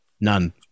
None